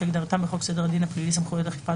כהגדרתם בחוק סדר הדין הפלילי (סמכויות אכיפה,